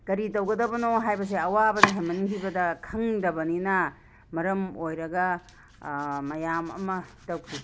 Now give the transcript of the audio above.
ꯀꯔꯤꯇꯧꯒꯗꯕꯅꯣ ꯍꯥꯏꯕꯁꯦ ꯑꯋꯥꯕꯅ ꯍꯦꯃꯟꯈꯤꯕꯗ ꯈꯪꯗꯕꯅꯤꯅ ꯃꯔꯝ ꯑꯣꯏꯔꯒ ꯃꯌꯥꯝ ꯑꯃ ꯇꯧꯈꯤ